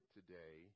today